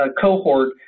cohort